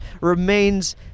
remains